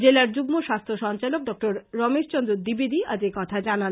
জেলার যুগ্ম স্বাস্থ্য সঞ্চালক ডঃ রমেশ চন্দ্র দ্বিবেদী আজ এ কথা জানান